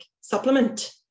supplement